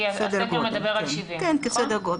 כי הסקר מדבר על 70,000. סדר גודל.